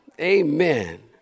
Amen